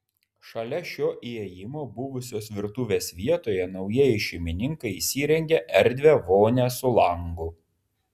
šalia šio įėjimo buvusios virtuvės vietoje naujieji šeimininkai įsirengė erdvią vonią su langu